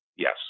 Yes